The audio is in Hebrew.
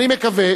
אני מקווה